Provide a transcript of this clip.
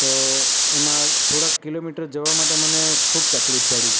તો એમાં થોડાક કિલોમીટર જવા માટે મને ખૂબ તકલીફ પડી